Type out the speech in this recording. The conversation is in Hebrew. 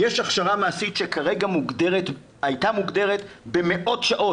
יש הכשרה מעשית שהייתה מוגדרת במאות שעות